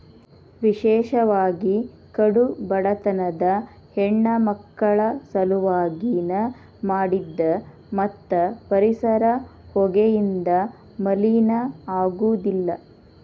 ವಿಶೇಷವಾಗಿ ಕಡು ಬಡತನದ ಹೆಣ್ಣಮಕ್ಕಳ ಸಲವಾಗಿ ನ ಮಾಡಿದ್ದ ಮತ್ತ ಪರಿಸರ ಹೊಗೆಯಿಂದ ಮಲಿನ ಆಗುದಿಲ್ಲ